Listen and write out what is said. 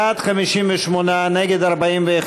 בעד, 58, נגד, 41,